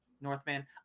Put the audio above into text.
Northman